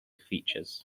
features